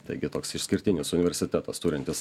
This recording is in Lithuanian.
taigi toks išskirtinis universitetas turintis